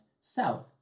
south